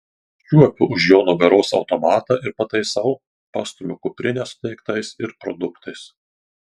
užčiuopiu už jo nugaros automatą ir pataisau pastumiu kuprinę su daiktais ir produktais